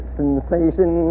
sensation